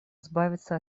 избавиться